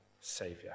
saviour